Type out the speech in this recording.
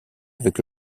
avec